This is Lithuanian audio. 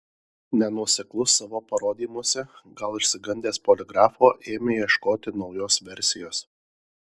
nenuoseklus savo parodymuose gal išsigandęs poligrafo ėmė ieškoti naujos versijos